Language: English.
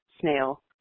snail